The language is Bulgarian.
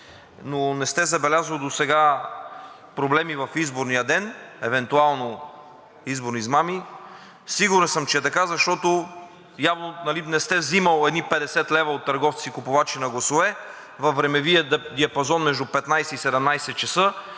но не сте забелязали досега проблеми в изборния ден – евентуално изборни измами. Сигурен съм, че е така, защото явно не сте взимали едни 50 лв. от търговци – купувачи на гласове, във времевия диапазон между 15,00 и 17,00